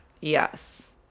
Yes